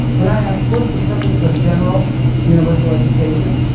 when i ask what is the purpose of general universal education,